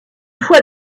fois